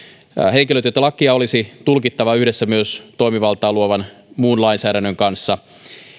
henkilötietolakia olisi tulkittava yhdessä myös toimivaltaa luovan muun lainsäädännön kanssa